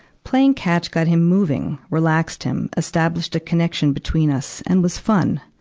playing catch got him moving, relaxed him, established a connection between us, and was fun.